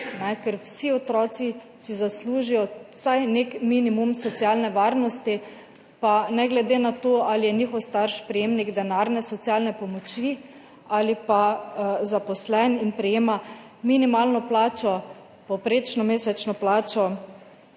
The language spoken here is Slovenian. Vsi otroci si zaslužijo vsaj nek minimum socialne varnosti, pa ne glede na to, ali je njihov starš prejemnik denarne socialne pomoči ali pa zaposlen in prejema minimalno plačo, povprečno mesečno plačo